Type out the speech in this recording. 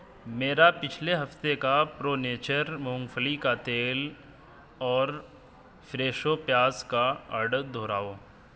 میرا پچھلے ہفتے کا پرو نیچر مونگ پھلی کا تیل اور فریشو پیاز کا آرڈر دوہراؤ